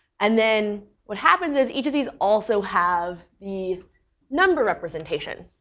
and then what happens is each of these also have the number representation.